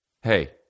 Hey